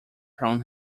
from